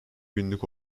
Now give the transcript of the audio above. günlük